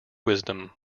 wisdom